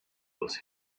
must